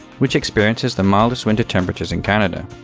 which experiences the mildest winter temperatures in canada.